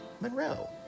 Monroe